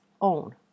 own